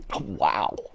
Wow